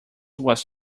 was